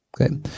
okay